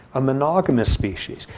a monogamous species.